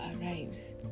arrives